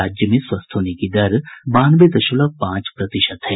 राज्य में स्वस्थ होने की दर बानवे दशमलव पांच प्रतिशत है